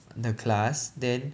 the class then